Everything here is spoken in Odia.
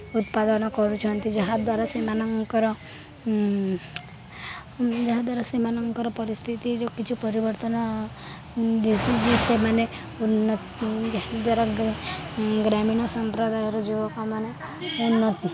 ଉତ୍ପାଦନ କରୁଛନ୍ତି ଯାହା ଦ୍ୱାରା ସେମାନଙ୍କର ଯାହା ଦ୍ୱାରା ସେମାନଙ୍କର ପରିସ୍ଥିତିରେ କିଛି ପରିବର୍ତ୍ତନ ଦିଶୁଛି ସେମାନେ ଉନ୍ନତି ଯାହା ଦ୍ୱାରା ଗ୍ରାମୀଣ ସମ୍ପ୍ରଦାୟର ଯୁବକମାନେ ଉନ୍ନତି